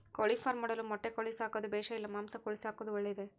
ಕೋಳಿಫಾರ್ಮ್ ಮಾಡಲು ಮೊಟ್ಟೆ ಕೋಳಿ ಸಾಕೋದು ಬೇಷಾ ಇಲ್ಲ ಮಾಂಸದ ಕೋಳಿ ಸಾಕೋದು ಒಳ್ಳೆಯದೇ?